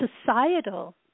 societal